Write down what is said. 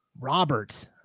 Robert